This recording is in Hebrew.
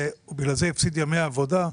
ובגלל זה הפסיד ימי עבודה,